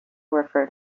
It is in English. refer